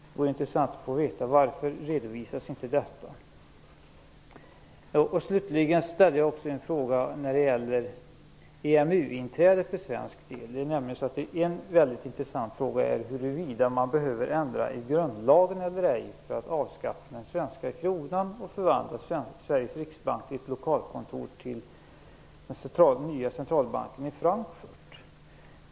Det vore intressant att få veta varför inte detta redovisas. Slutligen ställde jag en fråga som gällde det svenska EMU-inträdet. En väldigt intressant fråga är nämligen huruvida man behöver ändra i grundlagen eller ej för att avskaffa den svenska kronan och förvandla Sveriges riksbank till ett lokalkontor till den nya centralbanken i Frankfurt.